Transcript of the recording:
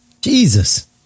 Jesus